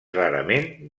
rarament